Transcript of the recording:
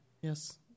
Yes